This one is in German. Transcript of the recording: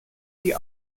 die